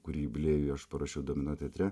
kurį blėjui aš parašiau domino teatre